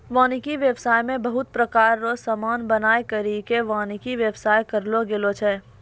वानिकी व्याबसाय मे बहुत प्रकार रो समान बनाय करि के वानिकी व्याबसाय करलो गेलो छै